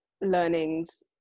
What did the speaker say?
learnings